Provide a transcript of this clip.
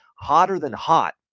hotter-than-hot